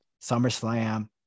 SummerSlam